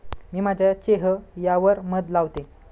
मी माझ्या चेह यावर मध लावते